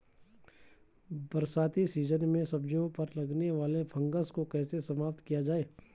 बरसाती सीजन में सब्जियों पर लगने वाले फंगस को कैसे समाप्त किया जाए?